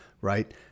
right